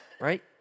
Right